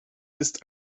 ist